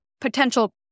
potential